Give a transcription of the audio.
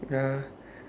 ya